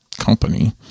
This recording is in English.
company